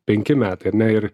penki metai ane ir